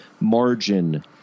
margin